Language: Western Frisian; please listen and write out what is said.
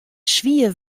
swier